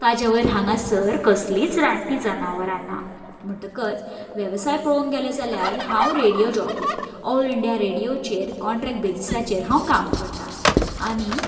ताजे वयर हांगासर कसलीच रानटीं जनावरां ना म्हणटकच वेवसाय पळोवंक गेलो जाल्यार हांव रेडिओ जॉकी ऑल इंडिया रेडिओचेर क्रॉन्ट्रेक्ट बेजिसाचेर हांव काम करतां आनी